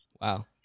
Wow